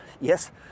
yes